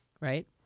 right